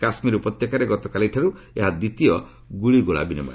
କାଶ୍ମୀର ଉପତ୍ୟକାରେ ଗତକାଲିଠାରୁ ଏହା ଦ୍ୱିତୀୟ ଗ୍ରଳିଗୋଳା ବିନିମୟ